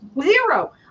zero